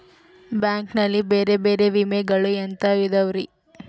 Bank ನಲ್ಲಿ ಬೇರೆ ಬೇರೆ ವಿಮೆಗಳು ಎಂತವ್ ಇದವ್ರಿ?